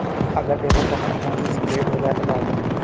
अगर paper token खो misplaced गया तो क्या होगा?